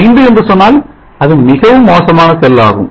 5 என்று சொன்னாளல் அது மிகவும் மோசமான செல் ஆகும்